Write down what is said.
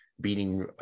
beating